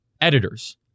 editors